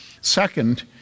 Second